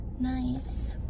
nice